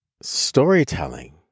storytelling